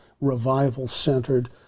revival-centered